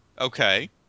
Okay